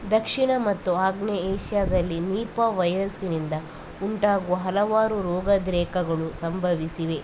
ದಕ್ಷಿಣ ಮತ್ತು ಆಗ್ನೇಯ ಏಷ್ಯಾದಲ್ಲಿ ನೀಪಾ ವೈರಸ್ಸಿನಿಂದ ಉಂಟಾಗುವ ಹಲವಾರು ರೋಗದ್ರೇಕಗಳು ಸಂಭವಿಸಿವೆ